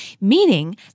meaning